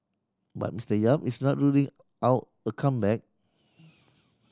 but Mister Yap is not ruling out a comeback